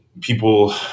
people